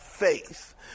faith